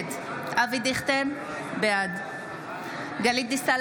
נגד אבי דיכטר, בעד גלית דיסטל